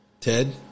Ted